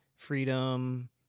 freedom